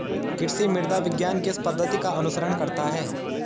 कृषि मृदा विज्ञान किस पद्धति का अनुसरण करता है?